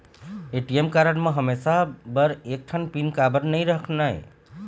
ATM card म हमेशा बर एक ठन पिन काबर नई रखना हे?